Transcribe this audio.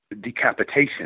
decapitation